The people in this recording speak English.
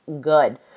good